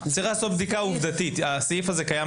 צריך לעשות בדיקה עובדתית הסעיף הזה קיים